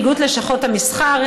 איגוד לשכות המסחר,